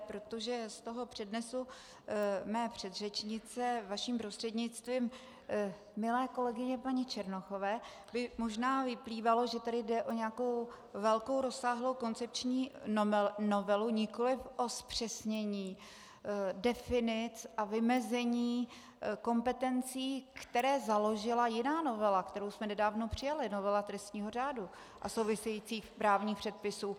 Protože z přednesu mé předřečnice, vaším prostřednictvím, milé kolegyně paní Černochové, možná vyplývalo, že jde o nějakou velkou rozsáhlou koncepční novelu, nikoliv o zpřesnění definic a vymezení kompetencí, které založila jiná novela, kterou jsme nedávno přijali, novela trestního řádu a souvisejících právních předpisů.